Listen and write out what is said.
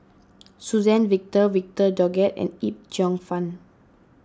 Suzann Victor Victor Doggett and Yip Cheong Fun